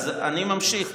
אז אני ממשיך.